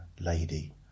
lady